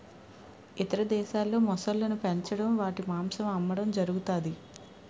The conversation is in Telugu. ఇతర దేశాల్లో మొసళ్ళను పెంచడం వాటి మాంసం అమ్మడం జరుగుతది